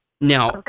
Now